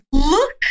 Look